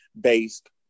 based